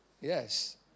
Yes